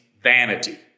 vanity